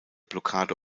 blockade